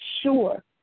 sure